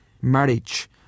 marriage